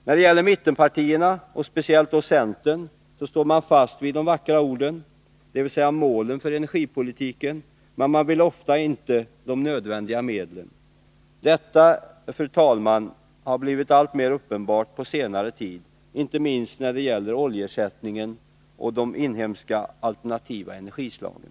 När det gäller mittenpartierna, och då framför allt centern, håller man fast vid de vackra orden — dvs. målen för energipolitiken — men man vill ofta inte ta till de nödvändiga medlen. Detta, fru talman, har blivit alltmer uppenbart under senare tid, inte minst när det gäller oljeersättningen och de inhemska alternativa energislagen.